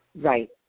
Right